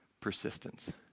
persistence